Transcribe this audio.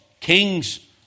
kings